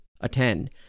attend